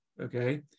okay